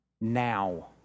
Now